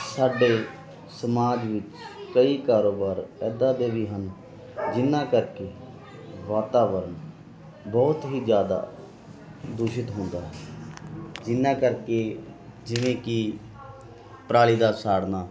ਸਾਡੇ ਸਮਾਜ ਵਿੱਚ ਕਈ ਕਾਰੋਬਾਰ ਇੱਦਾਂ ਦੇ ਵੀ ਹਨ ਜਿਹਨਾਂ ਕਰਕੇ ਵਾਤਾਵਰਨ ਬਹੁਤ ਹੀ ਜ਼ਿਆਦਾ ਦੂਸ਼ਿਤ ਹੁੰਦਾ ਹੈ ਜਿਹਨਾਂ ਕਰਕੇ ਜਿਵੇਂ ਕਿ ਪਰਾਲੀ ਦਾ ਸਾੜਨਾ